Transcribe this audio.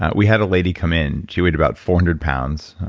ah we had a lady come in, she weighed about four hundred pounds.